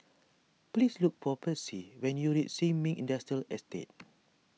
please look for Percy when you reach Sin Ming Industrial Estate